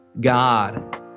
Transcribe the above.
God